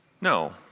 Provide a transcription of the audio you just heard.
No